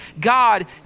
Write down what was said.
God